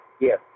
Yes